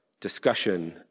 discussion